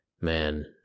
man